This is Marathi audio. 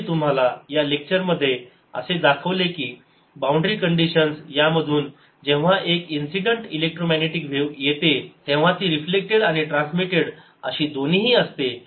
तर मी तुम्हाला या लेक्चरमध्ये असे दाखवले की बाउंड्री कंडिशन्स यामधून जेव्हा एक इन्सिडेंट इलेक्ट्रोमॅग्नेटिक व्हेव येते तेव्हा ती रिफ्लेक्टेड आणि ट्रान्समिटेड अशी दोन्ही असते